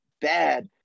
bad